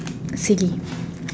silly